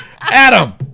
Adam